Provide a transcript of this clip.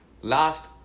Last